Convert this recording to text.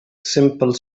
simple